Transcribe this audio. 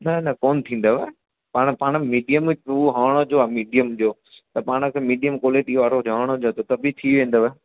न न कोन थींदव पाण पाण मीडियम हुओ हणण जो आहे मीडियम जो त पाण खे मीडियम क्वालिटी वारो ॼाण ज त बि थी वेंदव